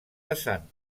vessant